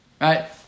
right